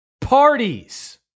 Parties